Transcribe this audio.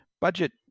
budget